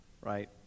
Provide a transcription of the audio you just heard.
right